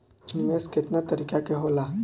निवेस केतना तरीका के होला?